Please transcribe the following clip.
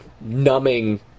numbing